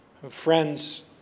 Friends